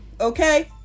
Okay